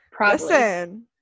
listen